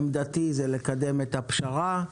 עמדתי היא לקדם את הפשרה,